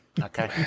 Okay